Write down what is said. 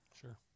Sure